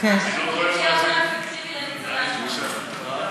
מה יותר אפקטיבי לניצולי השואה?